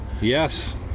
yes